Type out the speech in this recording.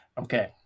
okay